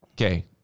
Okay